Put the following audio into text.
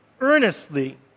earnestly